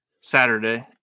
Saturday